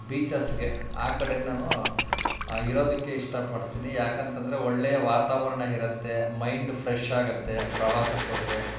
ಬೀಚಸ್ಗೆ ಆ ಕಡೆ ನಾನು ಇರೋದಕ್ಕೆ ಇಷ್ಟಪಡ್ತೀನಿ ಯಾಕಂತಂದರೆ ಒಳ್ಳೆಯ ವಾತಾವರಣ ಇರತ್ತೆ ಮೈಂಡು ಫ್ರೆಶ್ ಆಗತ್ತೆ ಪ್ರವಾಸಕ್ಕೆ ಹೋದ್ರೆ